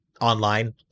online